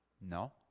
No